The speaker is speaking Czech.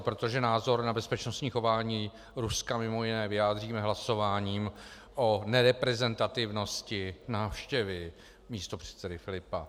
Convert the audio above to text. Protože názor na bezpečnostní chování Ruska mj. vyjádříme hlasováním o nereprezentativnosti návštěvy místopředsedy Filipa.